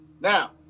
Now